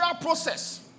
process